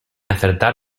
acertar